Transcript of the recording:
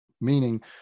meaning